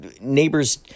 neighbors